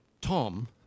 Tom